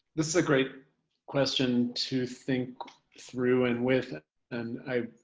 this is a great question to think through and with and i,